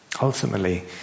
Ultimately